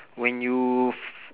when you